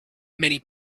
many